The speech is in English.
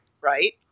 Right